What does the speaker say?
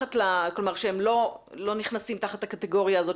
כלומר שהם לא נכנסים תחת הקטגוריה הזאת